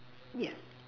yeah